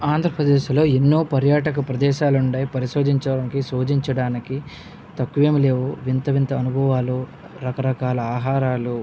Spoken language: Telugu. ఆంధ్రప్రదేశ్లో ఎన్నో పర్యాటక ప్రదేశాలున్నాయి పరిశోధించడానికి శోధించడానికి తక్కువేమి లేవు వింత వింత అనుభవాలు రకరకాల ఆహారాలు